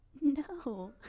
no